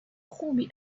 خوبی